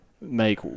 make